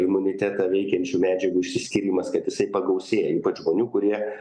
imunitetą veikiančių medžiagų išsiskyrimas kad jisai pagausėja ypač žmonių kurie